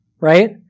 right